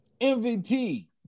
MVP